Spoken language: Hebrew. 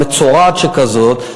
מצורעת שכזאת,